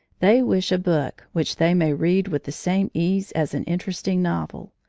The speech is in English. they wish a book which they may read with the same ease as an interesting novel.